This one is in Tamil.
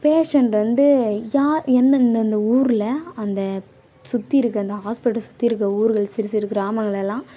பேஷண்ட் வந்து யா எந்தெந்தந்த ஊரில் அந்த சுற்றி இருக்க அந்த ஹாஸ்பிட்டல் சுற்றி இருக்கிற ஊர்கள் சிறு சிறு கிராமங்களெல்லாம்